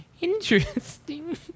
interesting